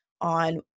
on